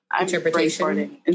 Interpretation